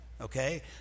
okay